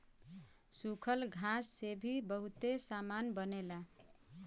सूखल घास से भी बहुते सामान बनेला